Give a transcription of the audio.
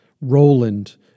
Roland